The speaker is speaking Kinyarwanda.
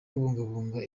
kubungabunga